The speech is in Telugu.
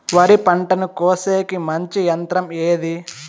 వరి పంటను కోసేకి మంచి యంత్రం ఏది?